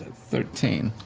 thirteen.